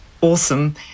awesome